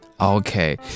Okay